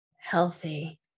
healthy